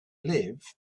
live